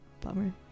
bummer